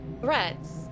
threats